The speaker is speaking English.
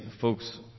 folks